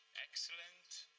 excellent.